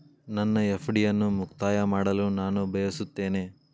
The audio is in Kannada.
ನನ್ನ ಎಫ್.ಡಿ ಅನ್ನು ಮುಕ್ತಾಯ ಮಾಡಲು ನಾನು ಬಯಸುತ್ತೇನೆ